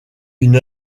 une